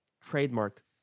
trademark